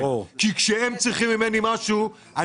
כשהם צריכים ממני משהו,